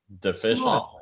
Deficient